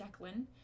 Declan